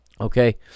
Okay